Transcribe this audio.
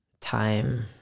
time